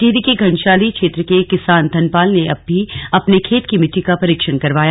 टिहरी के घनसाली क्षेत्र के किसान धनपाल ने भी अपने खेत की मिट्टी का परीक्षण करवाया